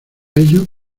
ello